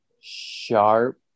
sharp